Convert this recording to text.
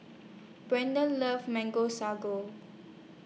Brendan loves Mango Sago